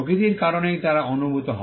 প্রকৃতির কারণেই তারা অনুভূত হয়